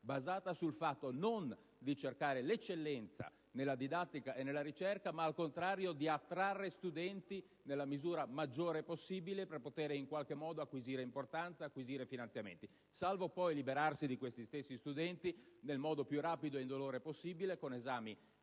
basata sul fatto non di cercare l'eccellenza nella didattica e nella ricerca, ma al contrario di attrarre studenti nella misura maggiore possibile per poter acquisire importanza e finanziamenti (salvo poi liberarsi di quegli stessi studenti nel modo più rapido e indolore possibile, con esami